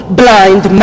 blind